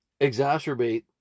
exacerbate